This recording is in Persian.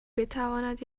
بتواند